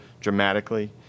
dramatically